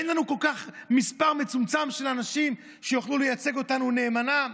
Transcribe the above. אין לנו מספר מצומצם של אנשים שיוכלו לייצג אותנו נאמנה?